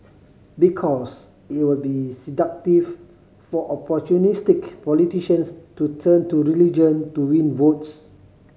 because it will be seductive for opportunistic politicians to turn to religion to win votes